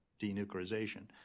denuclearization